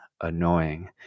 annoying